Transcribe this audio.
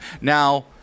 now